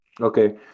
Okay